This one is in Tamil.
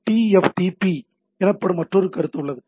TFTP எனப்படும் மற்றொரு கருத்து உள்ளது